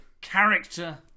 character